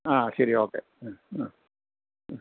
ആ ശരി ഓക്കെ മ് മ് മ്